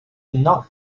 not